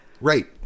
Right